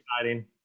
exciting